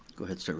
go ahead, so